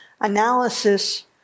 analysis